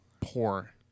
poor